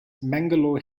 mangalore